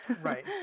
Right